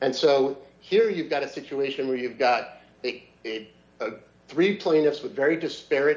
and so here you've got a situation where you've got a three plaintiffs with very disparate